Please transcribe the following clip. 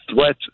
threat